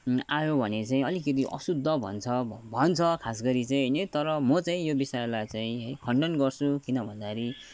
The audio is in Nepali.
आयो भने चाहिँ अलिकति अशुद्ध भन्छ भन्छ खास गरी चाहिँ तर म चाहिँ यो विषयलाई चाहिँ है खन्डन गर्छु किन भन्दाखेरि